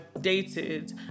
dated